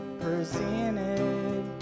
presented